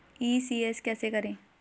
ECS कैसे करें?